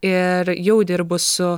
ir jau dirbu su